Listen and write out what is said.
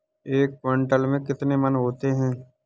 एक क्विंटल में कितने मन होते हैं?